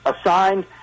assigned